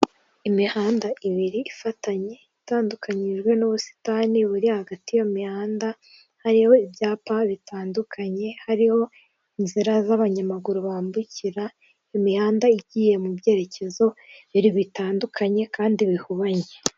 Inzu mberabyombi ubona ko irimo abantu benshi higanjemo abantu bakuze ndetse n'urubyiruko, ariko hakaba harimo n'abayobozi, ukaba ureba ko bose bateze amatwi umuntu uri kubaha ikiganiro kandi, buri wese imbere ye hakaba hari icupa ry'amazi. Hakaba harimo n'umuntu uhagaze inyuma wambaye impuzankano y'umukara.